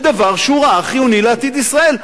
בדבר שהוא ראה חיוני לעתיד ישראל.